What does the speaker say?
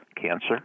cancer